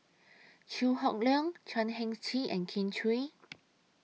Chew Hock Leong Chan Heng Chee and Kin Chui